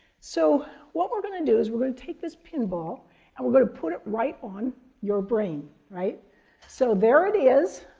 so what we're going to do is we're going to take this pinball and we're going to put it right on your brain. so, there it is.